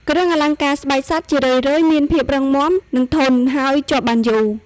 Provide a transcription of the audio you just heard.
គ្រឿងអលង្ការស្បែកសត្វជារឿយៗមានភាពរឹងមាំ និងធន់ ហើយជាប់បានយូរ។